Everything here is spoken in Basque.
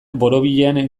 borobilean